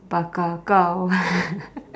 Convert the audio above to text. bakar kau